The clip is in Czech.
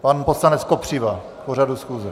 Pan poslanec Kopřiva k pořadu schůze.